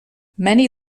many